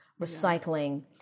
recycling